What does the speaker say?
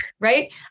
right